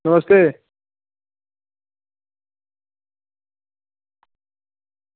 नमस्ते